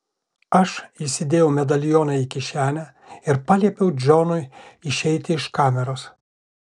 aš įsidėjau medalioną į kišenę ir paliepiau džonui išeiti iš kameros